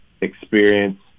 experience